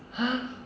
!huh!